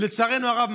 ולצערנו הרב,